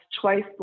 twice